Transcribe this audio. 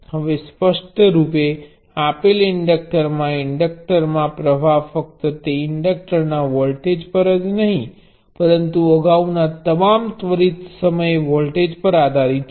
હવે સ્પષ્ટ રૂપે આપેલ ઇન્સ્ટન્ટમાં ઇન્ડક્ટરમાં પ્ર્વાહ ફક્ત તે ઇન્સ્ટન્ટના વોલ્ટેજ પર જ નહીં પરંતુ અગાઉના તમામ ત્વરિત સમયે વોલ્ટેજ પર આધારિત છે